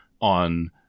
on